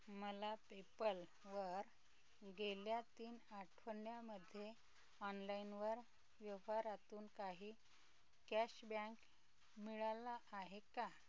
मला पेपल वर गेल्या तीन आठवड्यांमध्ये ऑनलाईन वर व्यवहारातून काही कॅशबॅक मिळाला आहे का